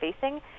facing